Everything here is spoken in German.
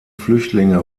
flüchtlinge